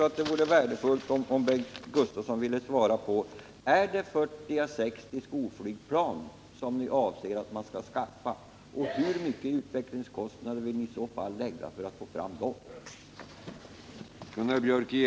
Sedan vore det värdefullt om Bengt Gustavsson ville svara på frågan: Är det 40 eller 60 skolflygplan som ni vill skaffa, och hur stora utvecklingskostnader vill ni i så fall lägga ned för att få fram dessa plan?